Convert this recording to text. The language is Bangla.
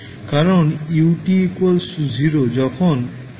এখন ইউনিট র্যাম্প ফাংশনকে এটি সংজ্ঞায়িত করা যায় এভাবে যে